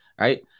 right